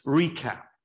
recap